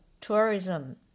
tourism